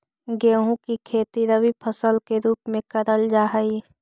गेहूं की खेती रबी फसल के रूप में करल जा हई